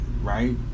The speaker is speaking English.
right